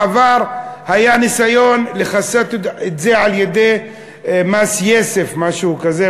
בעבר היה ניסיון לכסות את זה על-ידי "מס יסף" משהו כזה,